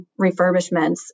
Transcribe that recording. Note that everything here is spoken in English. refurbishments